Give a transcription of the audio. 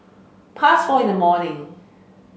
past four in the morning